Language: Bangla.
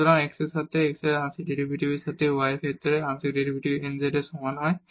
সুতরাং x এর সাথে x আংশিক ডেরিভেটিভের সাথে y এর ক্ষেত্রে আংশিক ডেরিভেটিভ nz এর সমান হবে